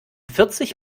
vierzig